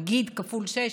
נגיד שזה כפול 6,